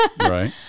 right